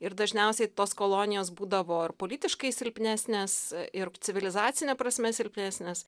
ir dažniausiai tos kolonijos būdavo ir politiškai silpnesnės ir civilizacine prasme silpnesnės